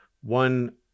One